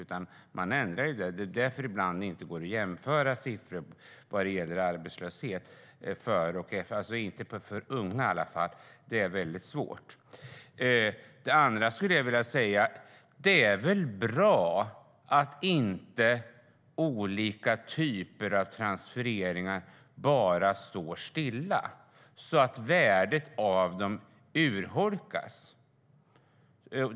Det är därför som det ibland inte går eller är svårt att jämföra siffror om arbetslöshet före och efter, åtminstone för unga. Sedan skulle jag vilja säga: Det är väl bra att inte olika typer av transfereringar bara står stilla, så att värdet av dem urholkas?